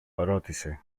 ρώτησε